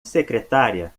secretária